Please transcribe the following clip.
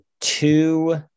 two